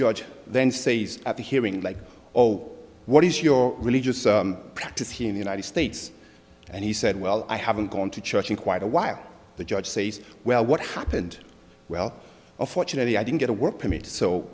judge then ses at the hearing like oh what is your religious practice here in the united states and he said well i haven't gone to church in quite a while the judge says well what happened well unfortunately i didn't get a work permit so